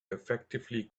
effectively